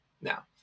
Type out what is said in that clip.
Now